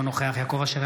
אינו נוכח יעקב אשר,